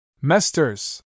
Mesters